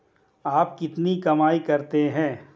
आप कितनी कमाई करते हैं?